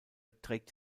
trägt